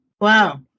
Wow